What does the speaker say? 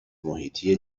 محیطی